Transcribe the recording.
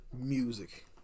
music